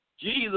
Jesus